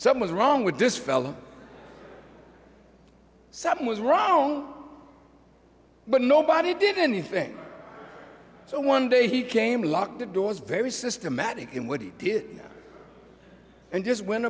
some was wrong with this fella something was wrong but nobody did anything so one day he came locked the doors very systematic in what he did and just went